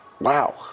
wow